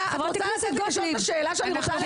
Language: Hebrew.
את רוצה לתת לי לשאול את השאלה שאני רוצה?